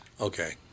Okay